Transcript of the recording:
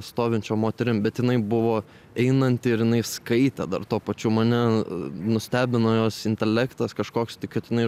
stovinčiom moterim bet jinai buvo einanti ir jinai skaitė dar tuo pačiu mane nustebino jos intelektas kažkoks tai kad jinai